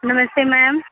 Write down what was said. नमस्ते मैम